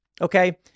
Okay